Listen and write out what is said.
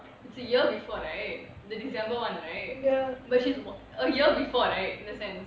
it's a year before right the december one right which is a year before right in a sense